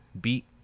beat